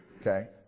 Okay